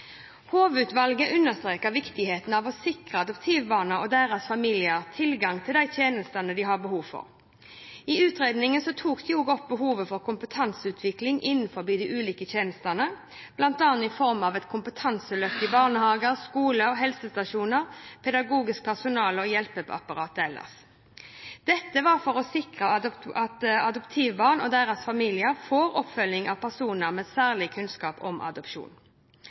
viktigheten av å sikre adoptivbarna og deres familier tilgang til de tjenestene de har behov for. I utredningen tok de også opp behovet for kompetanseutvikling innen de ulike tjenestene, bl.a. i form av et kompetanseløft i barnehager, skoler og helsestasjoner, pedagogisk personale og hjelpeapparatet ellers. Dette var for å sikre at adoptivbarn og deres familier får oppfølging av personer med særlig kunnskap om adopsjon.